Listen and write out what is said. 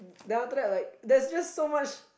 then after that like there's just so much